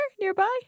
nearby